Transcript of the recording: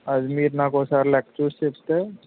అది మీరు నాకు ఒకసారి లెక్క చూసి చెప్తే